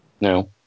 No